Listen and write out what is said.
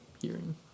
hearing